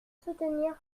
soutenir